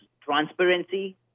transparency